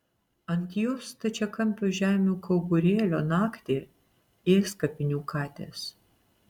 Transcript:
ant jos stačiakampio žemių kauburėlio naktį ės kapinių katės